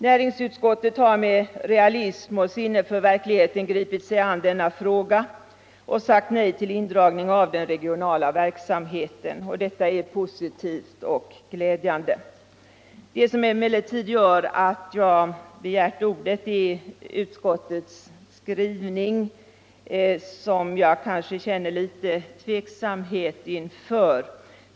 Näringsutskottet har med realism och sinne för verkligheten gripit sig an denna fråga och sagt nej till indragning av den regionala verksamheten. Det är positivt och glädjande. Det som emellertid gjort att jag begärt ordet är utskottets skrivning som jag känner en viss tveksamhet inför.